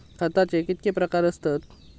खताचे कितके प्रकार असतत?